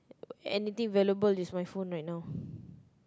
anything valuable is my phone right now